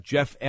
Jeff